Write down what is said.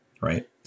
right